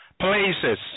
Places